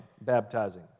baptizing